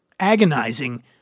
agonizing